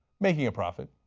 making a profit.